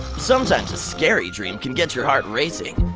sometimes a scary dream can get your heart racing,